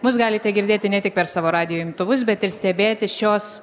mus galite girdėti ne tik per savo radijo imtuvus bet ir stebėti šios